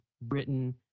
Britain